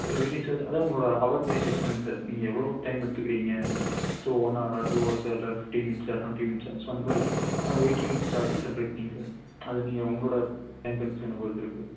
sir waiting charge அதான் உங்களோட hour basis தாங்க சார் நீங்கள் எவ்வளோ டைம் எடுத்துக்கிறீங்க ஸோ ஒன் ஹாரா டூ அவர்ஸா இல்லை ஃபிஃப்ட்டின் மினிட்ஸா டொண்ட்டி மினிட்ஸா ஸோ அந்தமாதிரி வெய்டிங் சார்ஜு செப்ரேட்டிங் சார் அது நீங்கள் உங்களோட என்டன்ஷனை பொறுத்து இருக்கு